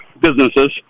businesses